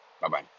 Bye-bye